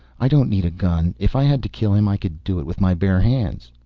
i don't need a gun. if i had to kill him, i could do it with my bare hands.